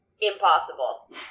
impossible